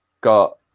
got